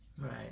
Right